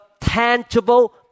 tangible